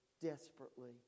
desperately